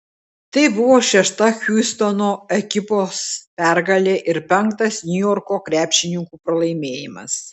tai buvo šešta hjustono ekipos pergalė ir penktas niujorko krepšininkų pralaimėjimas